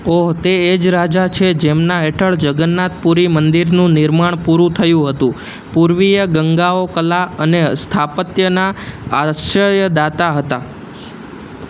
ઓહ તે એ જ રાજા છે જેમના હેઠળ જગન્નાથપુરી મંદિરનું નિર્માણ પૂર્ણ થયું હતું પૂર્વીય ગંગાઓ કલા અને સ્થાપત્યના આશ્રયદાતા હતા